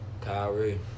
Kyrie